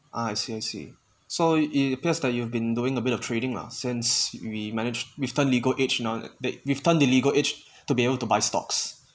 ah I see I see so it appears that you've been doing a bit of trading lah since we managed we've turned legal age now that we've turned the legal age to be able to buy stocks